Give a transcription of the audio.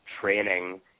training